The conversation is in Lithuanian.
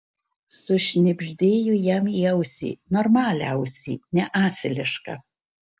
sušnibždėjo jam į ausį normalią ausį ne asilišką